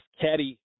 caddy